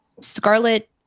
Scarlet